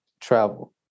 travel